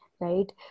right